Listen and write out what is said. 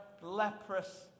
leprous